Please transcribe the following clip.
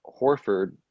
Horford